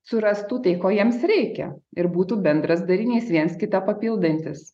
surastų tai ko jiems reikia ir būtų bendras darinys viens kitą papildantis